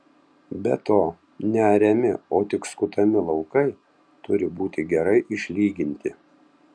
be to neariami o tik skutami laukai turi būti gerai išlyginti